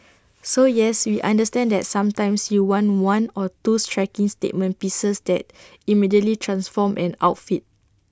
so yes we understand that sometimes you want one or two striking statement pieces that immediately transform an outfit